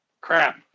crap